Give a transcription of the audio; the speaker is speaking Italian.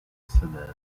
sedere